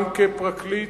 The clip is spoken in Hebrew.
גם כפרקליט,